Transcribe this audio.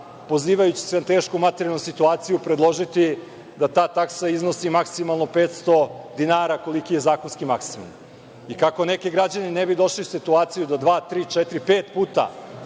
pozivajući se na tešku materijalnu situaciju, predložiti da ta taksa iznosi maksimalno 500 dinara, koliki je zakonski maksimum i, kako neki građani ne bi došli u situaciju da dva, tri, četiri puta